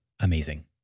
amazing